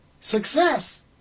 Success